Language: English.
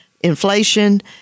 inflation